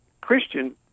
Christian